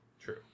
True